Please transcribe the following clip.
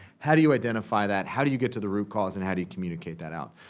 how do you identify that? how do you get to the root cause and how do you communicate that out?